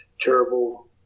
terrible